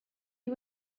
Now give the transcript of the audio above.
you